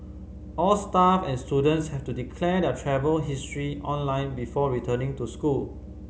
all staff and students have to declare their travel history online before returning to school